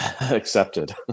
Accepted